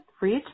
reach